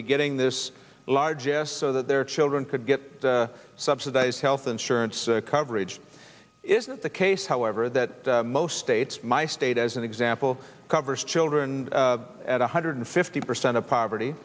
be getting this largest so that their children could get subsidized health insurance coverage isn't the case however that most states my state as an example covers children at one hundred fifty percent of poverty